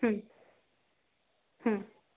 हं